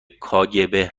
کاگب